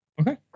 Okay